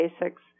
basics